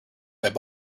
faked